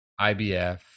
ibf